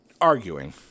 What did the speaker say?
arguing